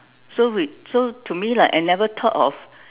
so we so to me like I never thought of